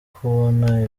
kubona